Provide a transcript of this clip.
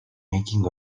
making